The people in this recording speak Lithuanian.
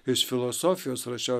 iš filosofijos rašiau